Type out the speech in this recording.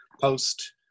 post